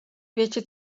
wiecie